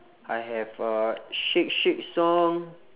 I have uh shake shake song